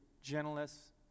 gentleness